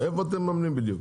איפה אתם מממנים בדיוק?